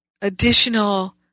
additional